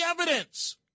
evidence